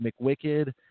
mcwicked